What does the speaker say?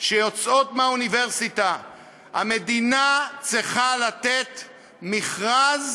שיוצאות מהאוניברסיטה, המדינה צריכה לתת מכרז